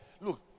Look